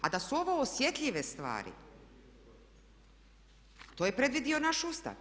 A da su ovo osjetljive stvari to je predvidio naš Ustav.